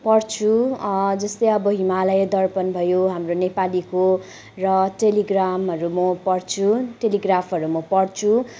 पढ्छु जस्तै अब हिमालय दर्पण भयो हाम्रो नेपालीको र टेलिग्राफहरू म पढ्छु टेलिग्राफहरू म पढ्छु